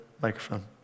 microphone